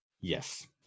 yes